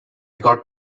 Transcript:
got